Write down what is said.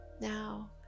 Now